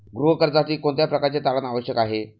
गृह कर्जासाठी कोणत्या प्रकारचे तारण आवश्यक आहे?